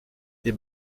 est